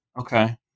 Okay